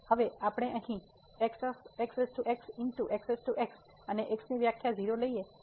હવે આપણે અહીં અને x ની સંખ્યા 0 લઈએ